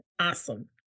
Awesome